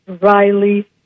Riley